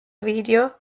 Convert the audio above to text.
video